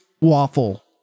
waffle